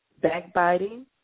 backbiting